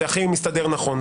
זה הכי מסתדר נכון.